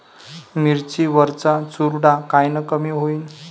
मिरची वरचा चुरडा कायनं कमी होईन?